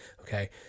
okay